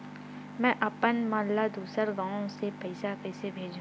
में अपन मा ला दुसर गांव से पईसा कइसे भेजहु?